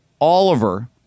Oliver